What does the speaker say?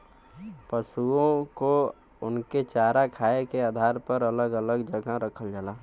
पसुओ को उनके चारा खाए के आधार पर अलग अलग जगह रखल जाला